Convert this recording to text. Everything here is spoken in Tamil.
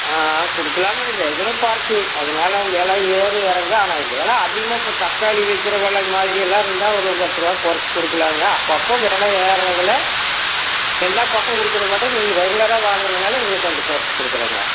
கொடுக்கலாம் நீ ரெகுலர் பார்ட்டி அதனால வில ஏறி எறங்கும் ஆனால் வில அதிகமாக இப்போ தக்காளி விற்கிற வில மாதிரியெல்லாம் இருந்தால் ஒரு பத்துரூவா குறச்சு கொடுக்கலாங்க அப்பப்போ வில ஏறுறதில் எல்லா பக்கமும் கொடுக்குற மாட்டம் நீங்கள் ரெகுலராக வாங்குறதுனால உங்களுக்கு கொஞ்சம் குறச்சு கொடுக்குறங்க